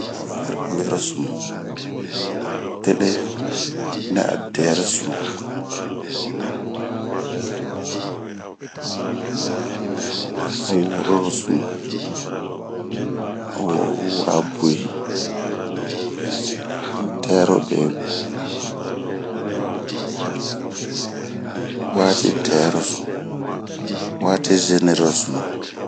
ŋerosunu, tere, nɛadɛrosunu ,,,oowororosunu wurabwi dɛrobwi, ...watidɛrosunu,,,watizenirosunu